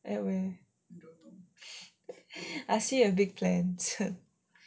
at where I see you have big plans